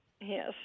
Yes